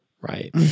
right